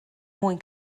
mwyn